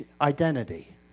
identity